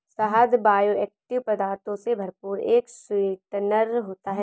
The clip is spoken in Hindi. शहद बायोएक्टिव पदार्थों से भरपूर एक स्वीटनर होता है